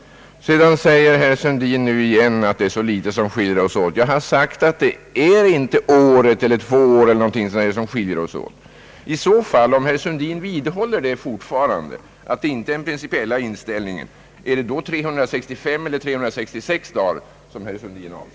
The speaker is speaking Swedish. Herr Sundin påstår nu igen att det är så litet som skiljer oss åt. Jag har ju redan sagt att det inte är ett år eller två år som skiljer oss åt. Om herr Sundin fortfarande vidhåller att det inte är den principiella inställningen vill jag fråga: Är det då 365 eller 366 dagar som herr Sundin avser?